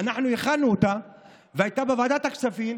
הכנו אותה והייתה בוועדת הכספים,